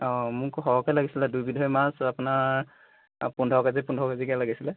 অঁ মোক সৰহকৈ লাগিছিলে দুইবিধৰ মাছ আপোনাৰ পোন্ধৰ কেজি পোন্ধৰ কেজিকৈ লাগিছিলে